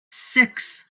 six